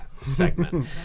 segment